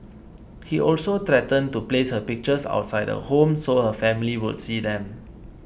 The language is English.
he also threatened to place her pictures outside her home so her family would see them